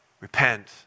Repent